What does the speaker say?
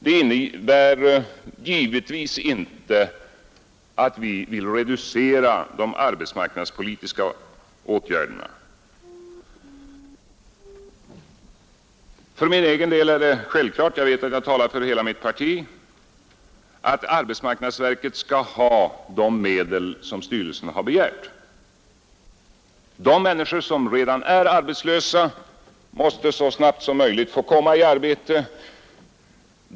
Det innebär givetvis inte att vi vill reducera de arbetsmarknadspolitiska åtgärderna. För mig är det självklart — jag vet att jag talar för hela mitt parti — att arbetsmarknadsverket skall ha de medel som styrelsen har begärt. De människor som redan är arbetslösa måste så snabbt som möjligt få komma i arbete.